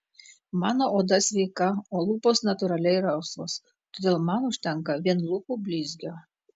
mano oda sveika o lūpos natūraliai rausvos todėl man užtenka vien lūpų blizgio